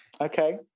Okay